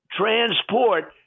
transport